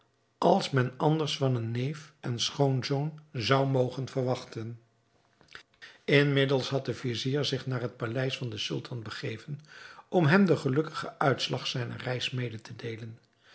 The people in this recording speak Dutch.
als men anders van een neef en schoonzoon zou mogen verwachten inmiddels had de vizier zich naar het paleis van den sultan begeven om hem den gelukkigen uitslag zijner reis mede te deelen